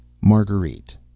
Marguerite